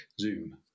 Zoom